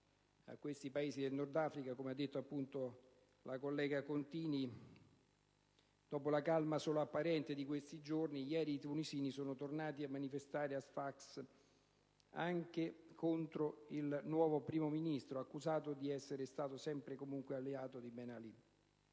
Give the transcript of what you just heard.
a questi Paesi del Nordafrica, come ha detto la collega Contini, dopo la calma solo apparente di questi giorni, ieri i tunisini sono tornati a manifestare a Sfax anche contro il nuovo Primo Ministro, accusato di essere stato sempre e comunque alleato di Ben Ali.